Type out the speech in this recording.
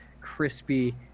crispy